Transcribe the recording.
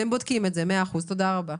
הם בודקים את זה, מאה אחוז, תודה רבה.